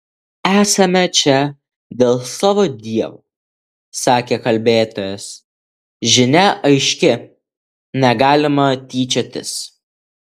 esame čia dėl savo dievo sakė kalbėtojas žinia aiški negalima tyčiotis